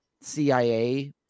CIA